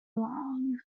long